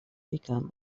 become